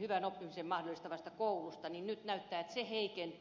hyvän oppimisen mahdollistava koulu niin nyt näyttää siltä että se heikentyy